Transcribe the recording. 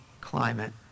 climate